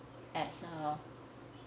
as a